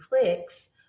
clicks